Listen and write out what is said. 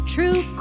True